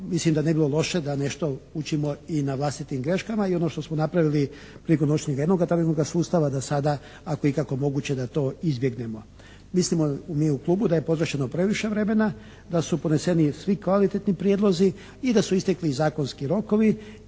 Mislim da ne bi bilo loše da nešto učimo i na vlastitim greškama i ono što smo napravili prilikom donošenja jednoga tarifnoga sustava da sada ako je ikako moguće da to izbjegnemo. Mislimo mi u Klubu da je potrošeno previše vremena, da su podneseni svi kvalitetni prijedlozi i da su istekli zakonski rokovi